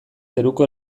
zeruko